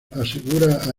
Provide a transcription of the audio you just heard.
asegura